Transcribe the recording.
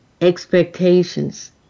expectations